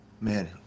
Man